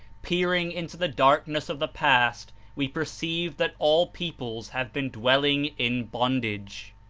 peering into the darkness of the past we perceive that all peoples have been dwelling in bond age.